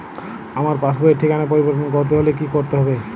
আমার পাসবই র ঠিকানা পরিবর্তন করতে হলে কী করতে হবে?